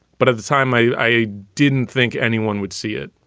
but at the time i i didn't think anyone would see it.